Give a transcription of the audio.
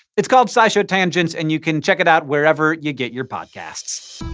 it's called scishow tangents and you can check it out wherever you get your podcasts!